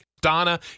Donna